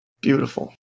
beautiful